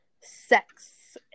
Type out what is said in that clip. sex